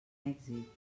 èxit